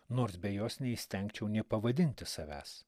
nors be jos neįstengčiau nė pavadinti savęs